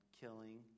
killing